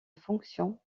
fonction